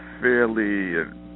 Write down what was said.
fairly